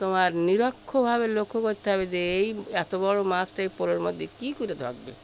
তোমার নিরক্ষভাবে লক্ষ্য করতে হবে যে এই এত বড় মাছটা এই পলোর মধ্যে কী করে থাকবে